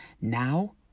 now